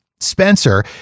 Spencer